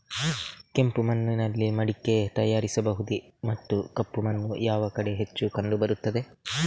ಕೆಂಪು ಮಣ್ಣಿನಲ್ಲಿ ಮಡಿಕೆ ತಯಾರಿಸಬಹುದೇ ಮತ್ತು ಕಪ್ಪು ಮಣ್ಣು ಯಾವ ಕಡೆ ಹೆಚ್ಚು ಕಂಡುಬರುತ್ತದೆ?